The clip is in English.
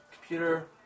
computer